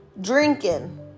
drinking